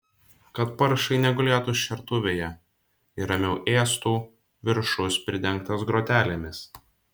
kad paršai negulėtų šertuvėje ir ramiau ėstų viršus pridengtas grotelėmis